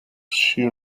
she